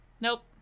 Nope